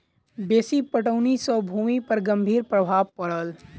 बेसी पटौनी सॅ भूमि पर गंभीर प्रभाव पड़ल